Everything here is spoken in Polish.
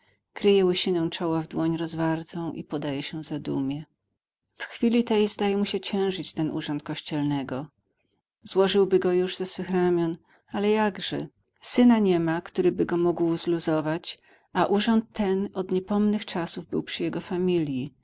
kryje łysinę czoła w dłoń rozwartą i podaje się zadumie w chwili tej zdaje mu się ciężyć ten urząd kościelnego złożyłby go już ze swych ramion ale jakże syna nie ma któryby go mógł zluzować a urząd ten od niepomnych czasów był przy jego familji